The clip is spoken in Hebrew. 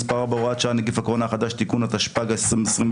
תע"ל.